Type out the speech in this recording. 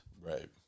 Right